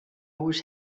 was